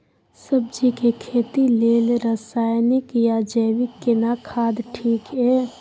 सब्जी के खेती लेल रसायनिक या जैविक केना खाद ठीक ये?